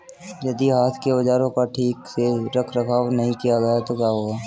यदि हाथ के औजारों का ठीक से रखरखाव नहीं किया गया तो क्या होगा?